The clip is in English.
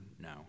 no